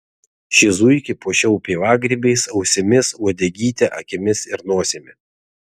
šį zuikį puošiau pievagrybiais ausimis uodegyte akimis ir nosimi